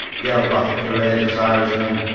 yelled back a courageous irishman.